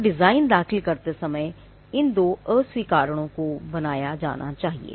तो डिजाइन दाखिल करते समय इन दो अस्वीकरणों को बनाया जाना चाहिए